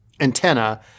antenna